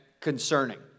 concerning